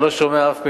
אני לא שומע אף מלה.